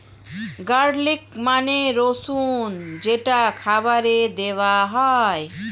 garlic মানে রসুন যেটা খাবারে দেওয়া হয়